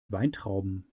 weintrauben